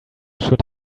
should